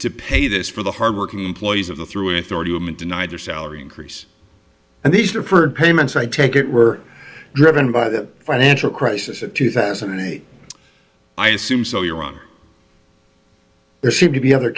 to pay this for the hardworking employees of the through authority woman denied her salary increase and these deferred payments i take it were driven by the financial crisis of two thousand and eight i assume so you're wrong there seem to be other